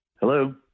Hello